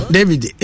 David